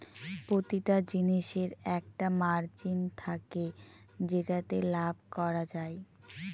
প্রতিটা জিনিসের একটা মার্জিন থাকে যেটাতে লাভ করা যায়